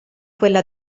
quella